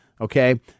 Okay